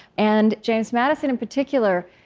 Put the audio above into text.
and james madison, in particular,